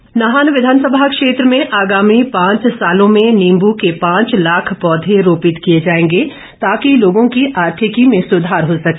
बिंदल नाहन विधानसभा क्षेत्र में आगामी पांच सालों में नींबू के पांच लाख पौधे रोपित किए जाएंगे ताकि लोगों की आर्थिकी में सुधार हो सके